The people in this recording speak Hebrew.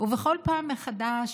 ובכל פעם מחדש,